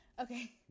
Okay